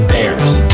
Bears